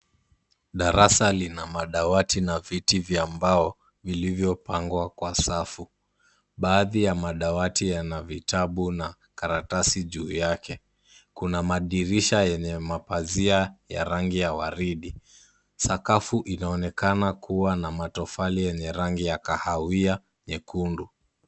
Darasa lina madawati na viti vya mbao vilivyopangwa kwa safu. Baadhi ya madawati yana vitabu na karatasi juu yake, kuna madirisha yenye mapazia ya rangi ya waridi, sakafu inaonekana kuwa na matofali yenye rangi ya kahawia nyekundu.